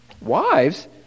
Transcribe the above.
Wives